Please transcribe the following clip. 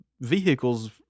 vehicles